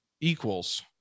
equals